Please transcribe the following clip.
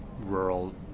rural